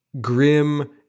grim